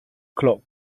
clock